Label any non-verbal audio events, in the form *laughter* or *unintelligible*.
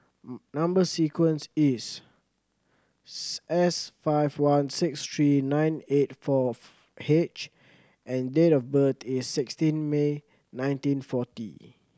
*noise* number sequence is *unintelligible* S five one six three nine eight fourth H and date of birth is sixteen May nineteen forty